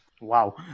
wow